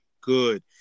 good